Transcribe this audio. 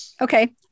Okay